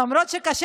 למרות שקשה